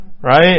right